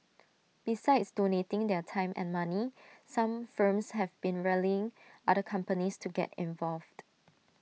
besides donating their time and money some firms have been rallying other companies to get involved